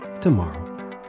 tomorrow